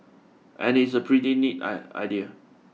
and it's a pretty neat I idea